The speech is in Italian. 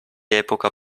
epoca